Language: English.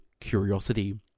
curiosity